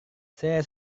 saya